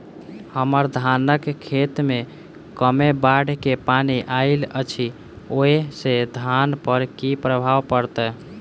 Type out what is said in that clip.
हम्मर धानक खेत मे कमे बाढ़ केँ पानि आइल अछि, ओय सँ धान पर की प्रभाव पड़तै?